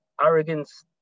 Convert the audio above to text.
arrogance